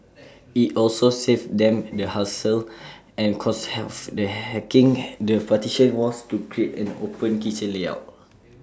IT also saves them the hassle and cost of hacking the partition walls to create an open kitchen layout